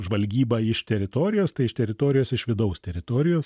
žvalgyba iš teritorijos tai iš teritorijos iš vidaus teritorijos